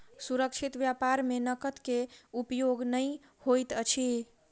सुरक्षित व्यापार में नकद के उपयोग नै होइत अछि